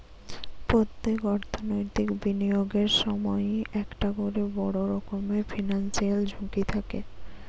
পোত্তেক অর্থনৈতিক বিনিয়োগের সময়ই একটা কোরে বড় রকমের ফিনান্সিয়াল ঝুঁকি থাকে